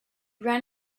ran